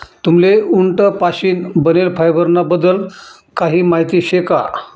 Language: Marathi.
तुम्हले उंट पाशीन बनेल फायबर ना बद्दल काही माहिती शे का?